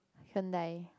Honda